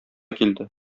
килде